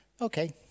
okay